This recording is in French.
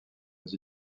les